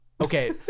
okay